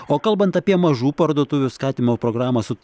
o kalbant apie mažų parduotuvių skatinimo programą su